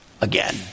again